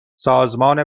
سازمان